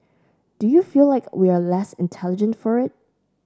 do you feel like we are less intelligent for it